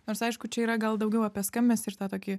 nors aišku čia yra gal daugiau apie skambesį ir tą tokį